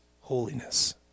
holiness